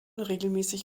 regelmäßig